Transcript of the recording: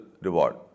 reward